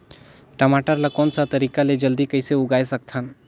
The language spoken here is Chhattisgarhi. टमाटर ला कोन सा तरीका ले जल्दी कइसे उगाय सकथन?